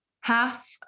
half